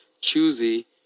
Choosy